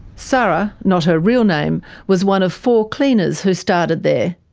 sara not her real name was one of four cleaners who started there.